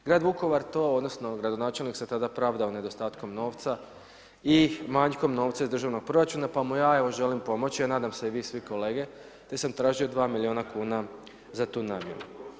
Grad Vukovar to, odnosno gradonačelnik se tada pravda o nedostatku novca i manjkom novca iz državnog proračuna pa mu ja evo želim pomoći a nadam se i vi svi kolege, te sam tražio 2 milijuna kuna za tu namjenu.